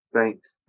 Thanks